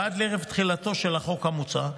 ועד לערב תחילתו של החוק המוצע,